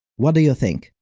what do you think,